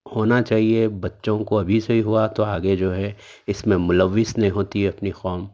ہونا چاہیے بچوں کو ابھی سے ہوا تو آگے جو ہے اس میں ملوث نہیں ہوتی ہے اپنی قوم